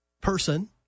person